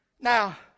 Now